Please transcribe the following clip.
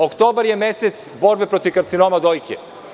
Oktobar je mesec borbe protiv karcinoma dojke.